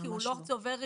כי הוא לא צובר ריביות,